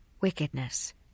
Wickedness